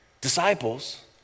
Disciples